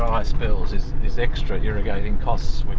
um spells, is is extra irrigating costs,